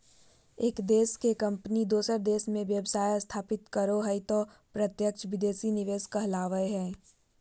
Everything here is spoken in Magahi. एक देश के कम्पनी दोसर देश मे व्यवसाय स्थापित करो हय तौ प्रत्यक्ष विदेशी निवेश कहलावय हय